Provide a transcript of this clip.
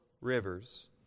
rivers